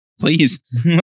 Please